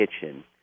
kitchen